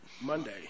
Monday